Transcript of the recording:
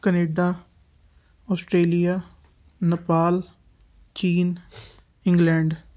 Canada Australia Nepal ਚੀਨ England